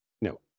no